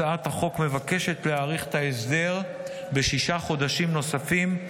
הצעת החוק מבקשת להאריך את ההסדר בשישה חודשים נוספים,